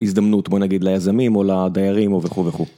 הזדמנות בוא נגיד ליזמים או לדיירים וכו וכו